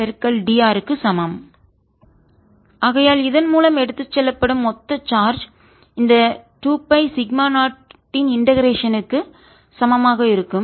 dr×0r2π0dr ஆகையால் இதன் மூலம் எடுத்து செல்லப்படும் மொத்த சார்ஜ் இந்த 2 பை சிக்மா 0 இன் இண்டெகரேஷன் க்கு ஒருங்கிணைப்புசமமாக இருக்கும்